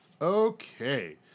Okay